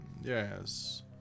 Yes